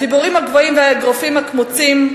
הדיבורים הגבוהים והאגרופים הקמוצים,